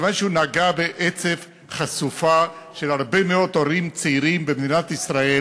מכיוון שהוא נגע בעצב חשוף של הרבה מאוד הורים צעירים במדינת ישראל,